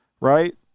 right